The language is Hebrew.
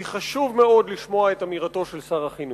כי בעניין זה חשוב ודחוף לשמוע את אמירתו של שר החינוך.